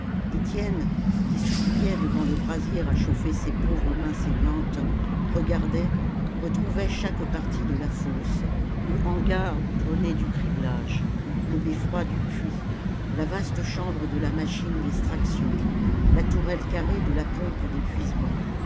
étienne qui s'oubliait devant le brasier à chauffer ses pauvres mains saignantes regardait retrouvait chaque partie de la fosse le hangar goudronné du criblage le beffroi du puits la vaste chambre de la machine d'extraction la tourelle carrée de la pompe d'épuisement